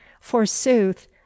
Forsooth